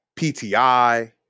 PTI